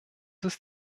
ist